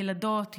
ילדות,